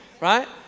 Right